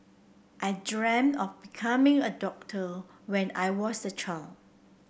I dreamt of becoming a doctor when I was a child